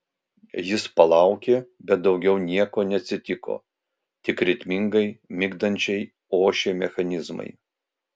jis palaukė bet daugiau nieko neatsitiko tik ritmingai migdančiai ošė mechanizmai